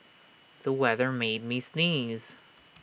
the weather made me sneeze